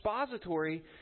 expository